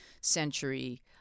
century